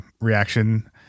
reaction